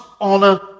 honor